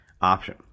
option